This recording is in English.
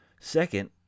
Second